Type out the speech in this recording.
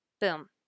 Boom